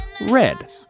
red